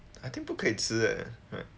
I think 不可以吃 eh um